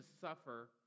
suffer